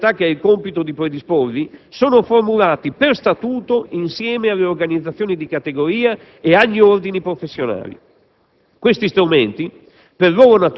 Gli stessi studi della SOSE, la società che ha il compito di predisporli, sono formulati per statuto insieme alle organizzazioni di categoria e agli ordini professionali.